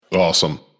Awesome